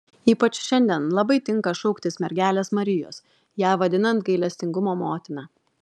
ypač šiandien labai tinka šauktis mergelės marijos ją vadinant gailestingumo motina